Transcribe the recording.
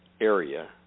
area